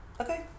Okay